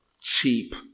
cheap